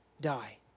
die